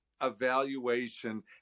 evaluation